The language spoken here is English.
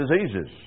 diseases